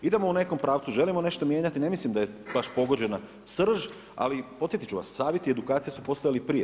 Idemo u nekom pravcu, želimo nešto mijenjati, ne mislim da je baš pogođena srž, ali podsjetit ću vas savjeti i edukacije su postojali i prije.